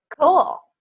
Cool